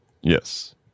Yes